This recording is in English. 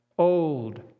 Old